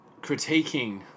critiquing